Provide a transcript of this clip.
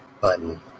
Button